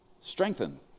strengthen